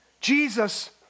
Jesus